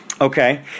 Okay